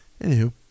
Anywho